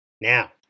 Now